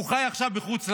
והוא חי עכשיו בחוץ לארץ.